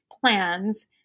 plans